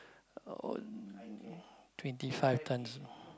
uh twenty five tonnes